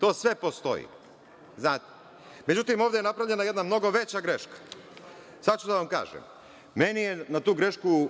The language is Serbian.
to sve postoji.Međutim, ovde je napravljena jedna mnogo veća greška. Sada ću da vam kažem, meni je na tu grešku